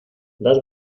das